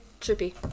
Trippy